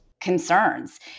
Concerns